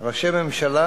בה ראשי ממשלה,